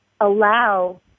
allow